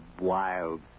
wild